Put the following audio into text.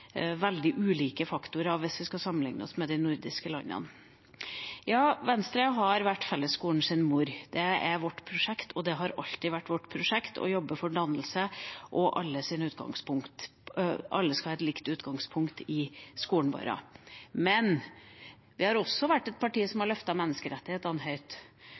veldig ulike faktorer, hvis vi skal sammenligne oss med de nordiske landene. Ja, Venstre har vært fellesskolens mor. Det er vårt prosjekt. Det har alltid vært vårt prosjekt å jobbe for dannelse og at alle skal ha et likt utgangspunkt i skolen, men vi har også vært et parti som har løftet menneskerettighetene høyt.